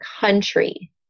country